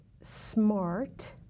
smart